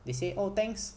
they say oh thanks